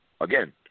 Again